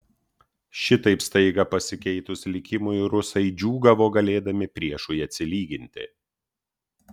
šitaip staiga pasikeitus likimui rusai džiūgavo galėdami priešui atsilyginti